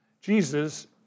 Jesus